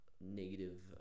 negative